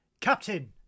Captain